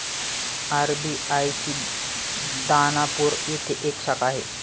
RBI ची दानापूर येथे एक शाखा आहे